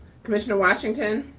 commissioner washington.